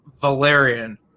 Valerian